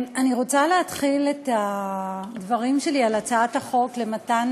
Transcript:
אני רוצה להתחיל את הדברים שלי על הצעת החוק למתן